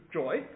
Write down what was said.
joy